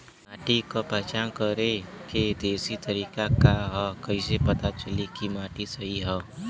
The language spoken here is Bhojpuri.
माटी क पहचान करके देशी तरीका का ह कईसे पता चली कि माटी सही ह?